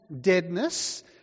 deadness